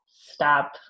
stop